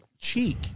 cheek